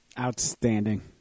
Outstanding